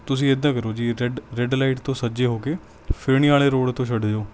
ਤੁਸੀਂ ਇੱਦਾਂ ਕਰੋ ਜੀ ਰੈਡ ਰੈਡ ਲਾਈਟ ਤੋਂ ਸੱਜੇ ਹੋ ਕੇ ਫਿਰਨੀ ਵਾਲੇ ਰੋਡ ਤੋਂ ਛੱਡ ਦਿਓ